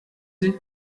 sie